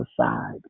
aside